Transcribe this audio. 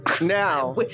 Now